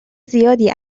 زیادی